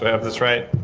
i have this right?